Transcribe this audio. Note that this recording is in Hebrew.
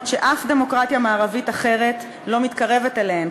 שאף דמוקרטיה מערבית אחרת לא מתקרבת אליהן,